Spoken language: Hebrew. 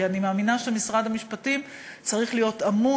כי אני מאמינה שמשרד המשפטים צריך להיות אמון